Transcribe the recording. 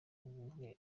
ubumwe